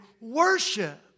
worship